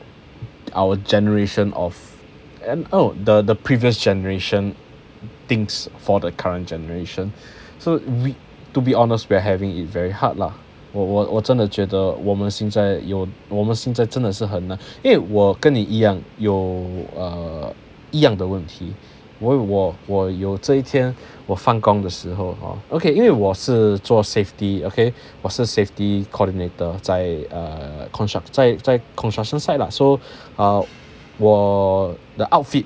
our generation of an oh the the previous generation thinks for the current generation so we to be honest we're having it very hard lah 我我我真的觉得我们现在有我们现在真的是很因为我跟你一样有 err 一样的问题我我我有这一天我放工的时候 ha ok 因为我是做 safety okay 我是 safety coordinator 在 err construct~ 在在 construction site lah so err 我的 outfit